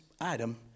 item